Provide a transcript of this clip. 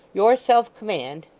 your self-command